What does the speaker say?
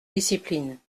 discipline